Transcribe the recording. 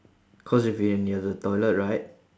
cause if you're in you're in the toilet right